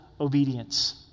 obedience